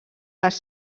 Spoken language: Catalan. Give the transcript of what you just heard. les